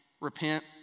Repent